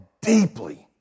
Deeply